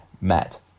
met